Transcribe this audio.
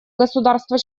государства